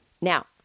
Now